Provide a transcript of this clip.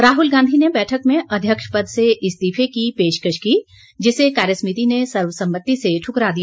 राहुल गांधी ने बैठक में अध्यक्ष पद से इस्तीफे की पेशकश की जिसे कार्यसमिति ने सर्वसम्मति से ठुकरा दिया